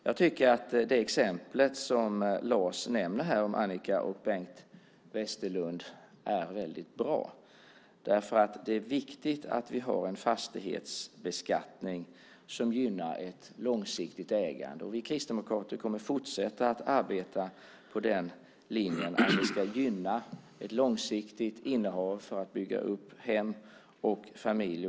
Jag tycker att det exempel som Lars Johansson nämner här om Annika och Bengt Westerlund är väldigt bra därför att det är viktigt att vi har en fastighetsbeskattning som gynnar ett långsiktigt ägande. Vi kristdemokrater kommer att fortsätta att arbeta på den linjen att vi ska gynna ett långsiktigt innehav för att bygga upp hem och familj.